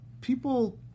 people